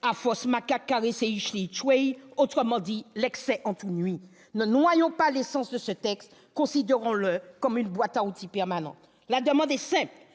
nous nous rappelle :- autrement dit : l'excès en tout nuit. Ne noyons pas l'essence de ce texte, considérons-le comme une boîte à outils pertinente. La demande est simple